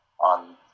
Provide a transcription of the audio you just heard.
on